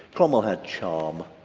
cromwell had charm,